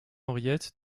henriette